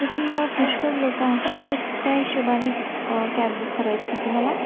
तसं मग पुष्कळ लोकं आहेत तर त्या हिशोबानी क कॅब बुक करायची होती मला